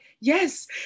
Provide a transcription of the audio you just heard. yes